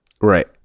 Right